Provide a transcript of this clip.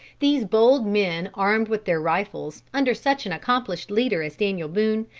these bold men armed with their rifles, under such an accomplished leader as daniel boone,